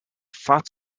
fat